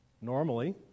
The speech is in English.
Normally